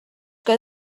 que